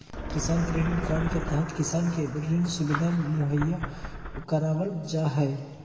किसान credit card के तहत किसान के ऋण सुविधा मुहैया करावल जा हय